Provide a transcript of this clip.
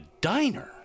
diner